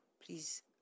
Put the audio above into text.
please